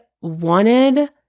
wanted